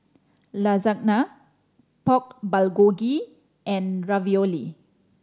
Lasagna Pork Bulgogi and Ravioli